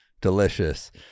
delicious